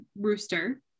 rooster